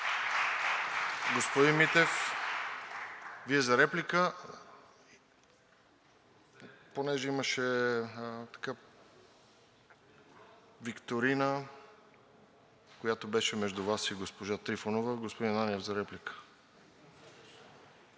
Господин Митев, Вие за реплика? Понеже имаше викторина, която беше между Вас и госпожа Трифонова. Господин Ананиев – за реплика.